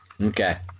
Okay